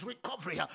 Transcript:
recovery